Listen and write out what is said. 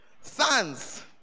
Sons